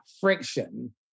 friction